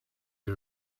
you